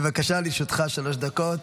בבקשה, לרשותך שלוש דקות.